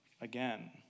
again